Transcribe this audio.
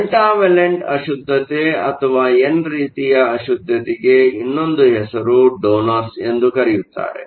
pentavalent ಅಶುದ್ಧತೆ ಅಥವಾ N ರೀತಿಯ ಅಶುದ್ಧತೆಗೆ ಇನ್ನೊಂದು ಹೆಸರು ಡೋನರ್ಸ್ ಎಂದು ಕರೆಯುತ್ತಾರೆ